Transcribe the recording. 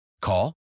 Call